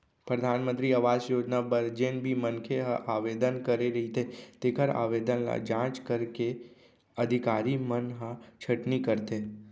परधानमंतरी आवास योजना बर जेन भी मनखे ह आवेदन करे रहिथे तेखर आवेदन ल जांच करके अधिकारी मन ह छटनी करथे